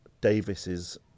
Davis's